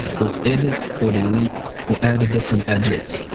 or edit or delete, or add a different address,